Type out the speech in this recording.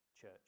church